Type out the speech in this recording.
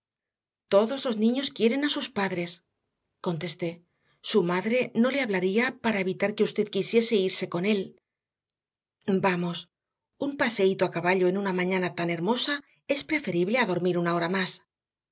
todos los niños quieren a sus padres contesté su madre no le hablaría para evitar que usted quisiese irse con él vamos un paseito a caballo en una mañana tan hermosa es preferible a dormir una hora más